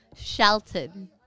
Shelton